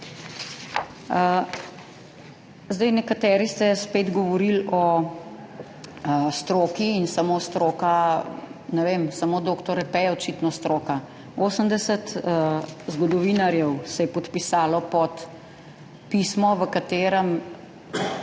Nekateri ste spet govorili o stroki in samo stroka. Ne vem, samo dr. Repe je očitno stroka. 80 zgodovinarjev se je podpisalo pod pismo, v katerem